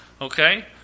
Okay